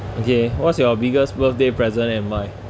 okay what's your biggest birthday present and why